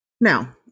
Now